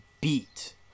beat